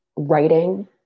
writing